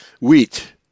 wheat